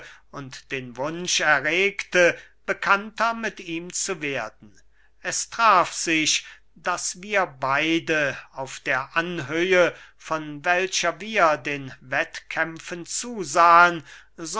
und den wunsch erregte bekannter mit ihm zu werden es traf sich daß wir beide auf der anhöhe von welcher wir den wettkämpfern zusahen